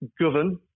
govern